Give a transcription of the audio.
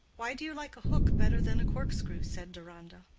why do you like a hook better than a cork-screw? said deronda.